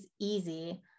easy